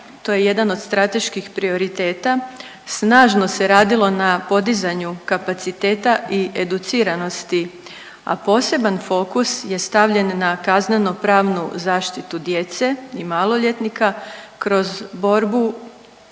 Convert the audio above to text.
to je jedan od strateških prioriteta, snažno se radilo na podizanju kapaciteta i educiranosti, a poseban fokus je stavljen na kaznenopravnu zaštitu djece i maloljetnika kroz borbu